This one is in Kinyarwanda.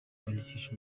kwandikisha